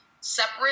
separate